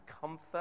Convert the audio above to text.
comfort